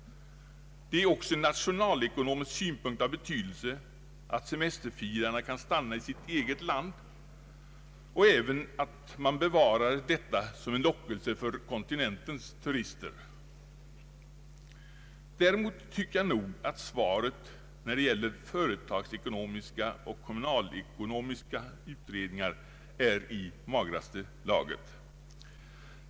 Det är också från nationalekonomisk synpunkt av betydelse att semesterfirarna kan stanna i sitt eget land och även att bevara detta som en lockelse för kontinentens turister. Däremot tycker jag nog att svaret när det gäller de företagsekonomiska och kommunalekonomiska utredningarna är i magraste laget.